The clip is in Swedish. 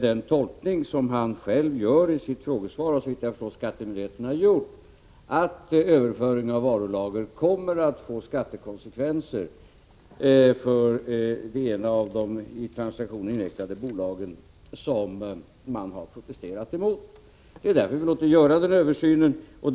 Den tolkning som Nic Grönvall själv gör i sin fråga och som såvitt jag förstår skattemyndigheterna har gjort är, att överföring av varulager kommer att få skattekonsekvenser för det ena av de i transaktionen invecklade bolagen, och det är detta som man har protesterat emot. Men det är också av samma anledning som vi har låtit göra denna översyn.